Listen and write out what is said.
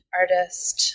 artist